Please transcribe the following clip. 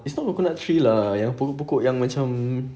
it's not coconut tree yang pokok-pokok yang